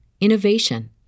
innovation